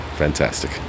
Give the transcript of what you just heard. fantastic